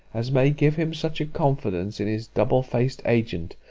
as may give him such a confidence in his double-faced agent,